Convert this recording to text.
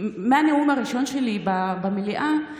מהנאום הראשון שלי במליאה,